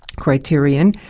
criterion.